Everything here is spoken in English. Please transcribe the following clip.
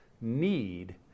need